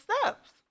steps